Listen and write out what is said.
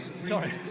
Sorry